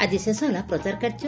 ଆଜି ଶେଷ ହେଲା ପ୍ରଚାର କାର୍ଯ୍ୟ